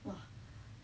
!wah!